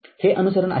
हे अनुसरण आहे